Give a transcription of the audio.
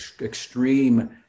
extreme